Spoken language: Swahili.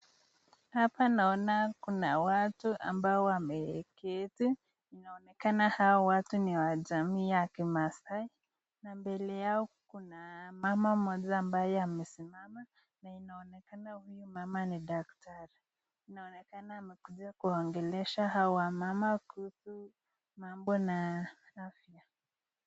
Hapa naona kuna watu ambao wameketi inaonekana hawa watu mi wa jamii ya kimasai, na mbele yao kuna mama mmoja ambao amesimama na inaonekana huyo mama ni daktari, inaonekana amekuja kuwaongelesha hao wamama kuhusu mambo na afya.